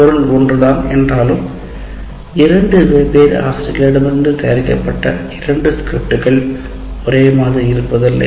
பொருள் ஒன்றுதான் என்றாலும் இரண்டு வெவ்வேறு ஆசிரியர்களிடமிருந்து இரண்டு ஸ்கிரிப்ட்கள் ஒரே மாதிரி இருப்பதில்லை